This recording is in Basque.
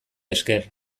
esker